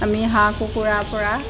আমি হাঁহ কুকুৰাৰ পৰা